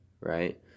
right